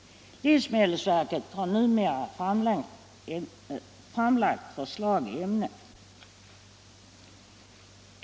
Livsmedelsverket har numera framlagt förslag i ämnet.